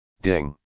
Ding